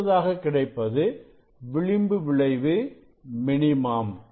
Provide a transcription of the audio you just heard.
அடுத்ததாக கிடைப்பது விளிம்பு விளைவு மினிமம்